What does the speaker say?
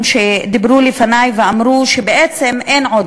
שדיברו לפני ואמרו שבעצם עוד